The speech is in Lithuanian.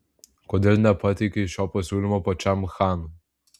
kodėl nepateikei šio pasiūlymo pačiam chanui